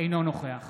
אינו נוכח